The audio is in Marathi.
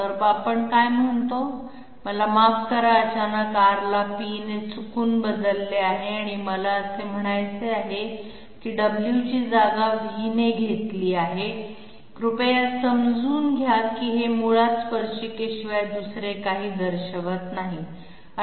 तर आपण काय म्हणतो मला माफ करा अचानक R ला P ने चुकून बदलले आहे आणि मला म्हणायचे आहे की w ची जागा v ने घेतली आहे कृपया समजून घ्या की हे मुळात स्पर्शिकेशिवाय दुसरे काहीही दर्शवत नाही